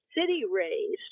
city-raised